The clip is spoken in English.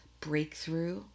breakthrough